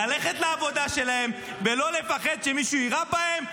ללכת לעבודה שלהם ולא לפחד שמישהו יירה בהם,